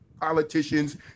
politicians